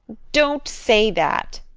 don't say that!